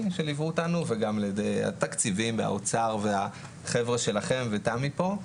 שליוו אותנו וגם על ידי התקציבים מהאוצר והחבר'ה שלכם ותמי פה.